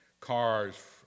cars